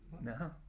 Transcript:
No